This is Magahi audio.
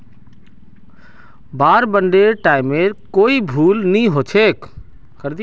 वार बांडेर टाइमेर कोई भेलू नी हछेक